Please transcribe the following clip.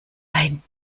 ein